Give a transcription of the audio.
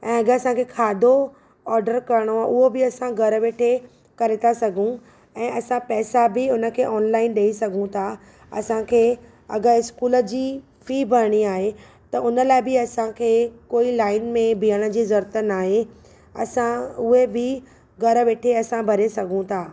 ऐं अगरि असांखे खाधो ऑडर करिणो आहे उहो बि असां घरु वेठे करे था सघूं ऐं असां पैसा बि हुनखे ऑनलाइन ॾेई सघूं था असांखे अगरि स्कूल जी फी भरिणी आहे त हुन लाइ बि असांखे कोई लाइन में बिहण जी ज़रूरत नाहे असां उहे बि घरु वेठे असां भरे सघूं था